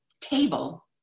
table